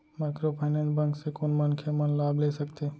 Microfinance bank से कोन मनखे मन लाभ ले सकथे?